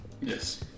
Yes